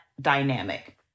dynamic